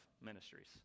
ministries